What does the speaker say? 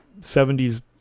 70s